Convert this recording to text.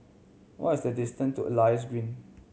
what is the distant to Elias Green